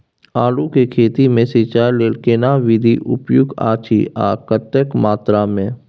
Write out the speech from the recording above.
आलू के खेती मे सिंचाई लेल केना विधी उपयुक्त अछि आ कतेक मात्रा मे?